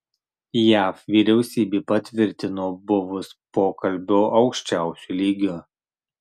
jav vyriausybė patvirtino buvus pokalbio aukščiausiu lygiu